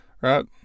right